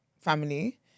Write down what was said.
family